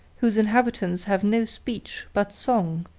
whose inhabitants have no speech but song,